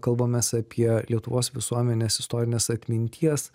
kalbamės apie lietuvos visuomenės istorinės atminties